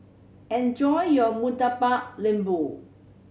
enjoy your Murtabak Lembu